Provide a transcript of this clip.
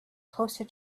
closer